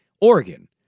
Oregon